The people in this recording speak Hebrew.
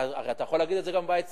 הרי אתה יכול להגיד את זה גם בהיצע.